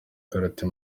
karate